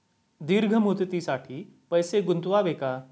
दीर्घ मुदतीसाठी पैसे गुंतवावे का?